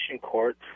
court